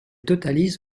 totalise